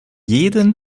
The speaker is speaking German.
jeden